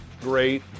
great